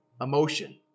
emotion